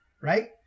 right